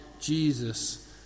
Jesus